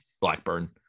Blackburn